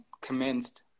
commenced